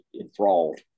enthralled